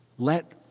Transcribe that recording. Let